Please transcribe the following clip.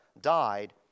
died